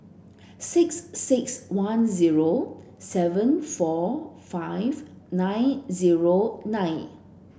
six six one zero seven four five nine zero nine